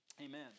Amen